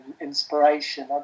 inspiration